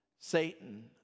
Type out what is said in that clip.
Satan